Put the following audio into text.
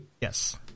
Yes